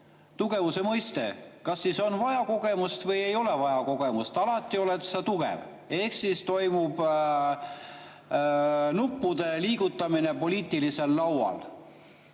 tugevuse mõiste: kas on vaja kogemust või ei ole vaja kogemust, alati oled sa tugev. Ehk siis toimub nuppude liigutamine poliitilisel laual.